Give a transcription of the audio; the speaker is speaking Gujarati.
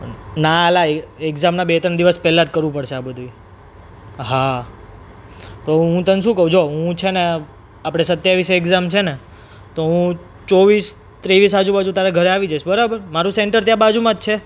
ના અલા એક્ઝામનાં બે ત્રણ દિવસ પહેલાં જ કરવું પડશે આ બધુંય હા તો હું તને શું કહું જો હું છે ને આપણે સત્યાવીસે એક્ઝામ છે ને તો હું ચોવીસ ત્રેવીસ આજુબાજુ તારાં ઘરે આવી જઇશ બરાબર મારું સેન્ટર ત્યાં બાજુમાં જ છે